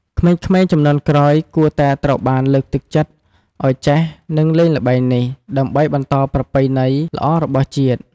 ក្មេងៗជំនាន់ក្រោយគួរតែត្រូវបានលើកទឹកចិត្តឱ្យចេះ និងលេងល្បែងនេះ ដើម្បីបន្តប្រពៃណីល្អរបស់ជាតិ។